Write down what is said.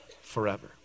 forever